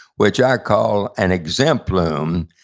which i call an exemplum.